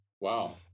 Wow